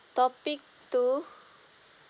topic two